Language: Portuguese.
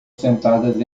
sentadas